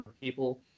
people